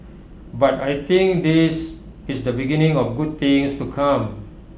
but I think this is the beginning of good things to come